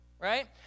right